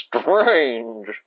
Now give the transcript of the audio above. Strange